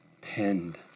tend